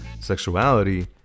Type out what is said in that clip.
sexuality